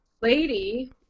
lady